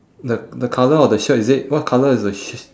the the colour of the shirt is it what colour is the shi~